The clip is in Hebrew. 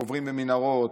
קוברים במנהרות,